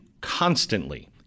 constantly